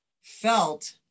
felt